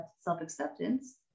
self-acceptance